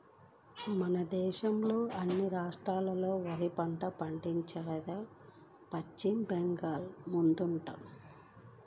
మన దేశంలోని అన్ని రాష్ట్రాల్లోకి వరి పంటను పండించేదాన్లో పశ్చిమ బెంగాల్ ముందుందంట